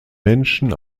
menschen